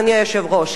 אדוני היושב-ראש,